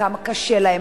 כמה קשה להם,